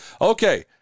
Okay